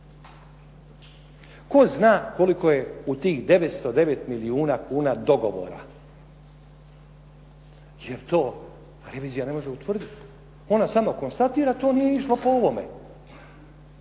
Tko zna koliko je u tih 909 milijuna kuna dogovora? Jer to revizija ne može utvrditi. Ona sama konstatira, to nije išlo po ovome.